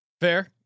fair